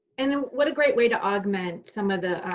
and what a great way to augment some of the,